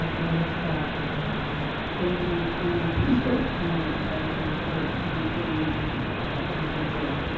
um i next saw councilwoman stark. thank you. and i appreciate your comments. i was going say the same thing. we did talk about vision zero,